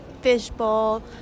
Fishbowl